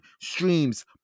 streams